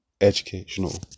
educational